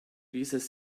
dieses